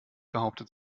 behauptet